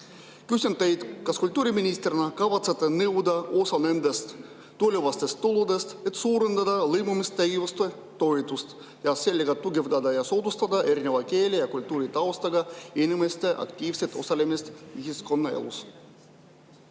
Küsin teilt: kas te kultuuriministrina kavatsete nõuda osa nendest tulevastest tuludest, et suurendada lõimumistegevuste toetust ning nii tugevdada ja soodustada erineva keele‑ ja kultuuritaustaga inimeste aktiivset osalemist ühiskonnaelus?